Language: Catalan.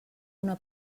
una